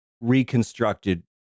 reconstructed